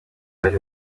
bwari